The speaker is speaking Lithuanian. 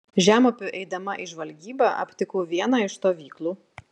žemupiu eidama į žvalgybą aptikau vieną iš stovyklų